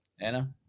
Anna